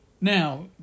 Now